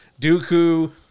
Dooku